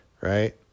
right